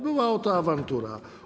Była o to awantura.